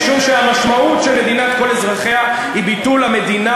משום שהמשמעות של מדינת כל אזרחיה היא ביטול המדינה